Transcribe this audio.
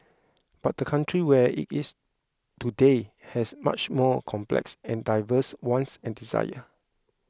but the country where it is today has much more complex and diverse wants and desire